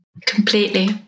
Completely